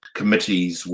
committees